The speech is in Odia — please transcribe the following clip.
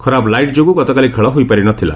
ଖରାପ ଲାଇଟ୍ ଯୋଗୁଁ ଗତକାଲି ଖେଳ ହୋଇପାରିନଥିଲା